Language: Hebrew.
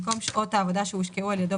במקום "שעות העבודה שהושקעו על ידו